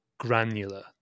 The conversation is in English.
granular